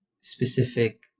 specific